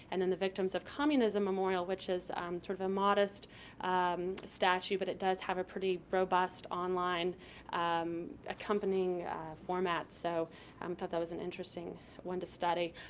and then the victims of communism memorial which is sort of a modest statue but it does have a pretty robust online accompanying format, so i um thought that was an interesting one to study.